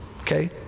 okay